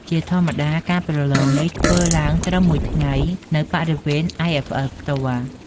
ជាធម្មតា ការប្រឡងនេះធ្វើឡើងត្រឹម មួយថ្ងៃ នៅ បរិវេណ IFL ផ្ទាល់។